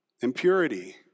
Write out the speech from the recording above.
Impurity